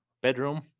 bedroom